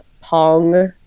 Pong